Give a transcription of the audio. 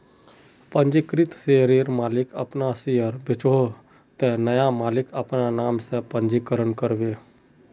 पंजीकृत शेयरर मालिक अपना शेयर बेचोह ते नया मालिक अपना नाम से पंजीकरण करबे